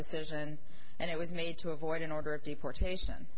decision and it was made to avoid an order of deportation